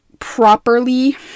properly